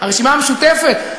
הרשימה המשותפת,